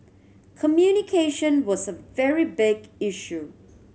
communication was a very big issue